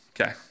Okay